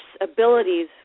abilities